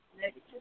negative